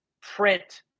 print